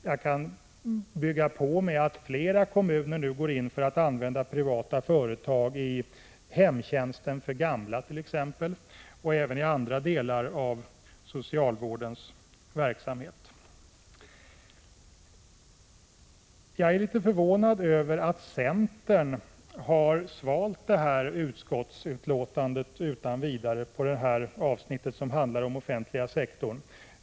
Jag kan bygga på med att nämna att flera kommuner nu går in för att använda privata företag i hemtjänsten för gamla och även i andra delar av socialvårdens verksamhet. Jag är litet förvånad över att centern har svalt detta utskottsbetänkande utan vidare när det gäller det avsnitt som handlar om den offentliga sektorn.